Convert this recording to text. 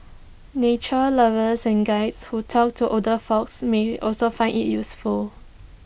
nature lovers and Guides who talk to older folk may also find IT useful